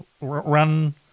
Run